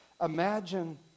Imagine